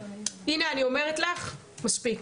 מספיק.